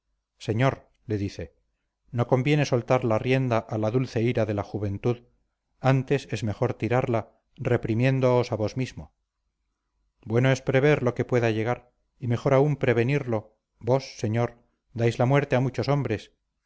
señor le dice no conviene soltar la rienda a la dulce ira de la juventud antes es mejor tirarla reprimiéndoos a vos mismo bueno es prever lo que pueda llegar y mejor aun prevenirlo vos señor dais la muerte a